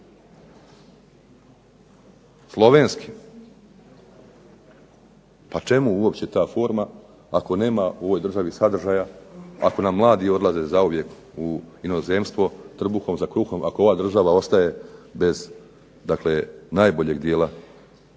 Slovenskim? Pa čemu uopće ta forma ako nema u ovoj državi sadržaja, ako nam mladi odlaze u inozemstvo trbuhom za kruhom, ako ova država ostaje bez najboljeg dijela